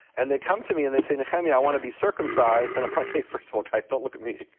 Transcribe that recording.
and they come to me and they say and nehemia, yeah i wanna be circumcised, and i'm like hey, first of all guys, don't look at me.